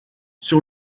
sur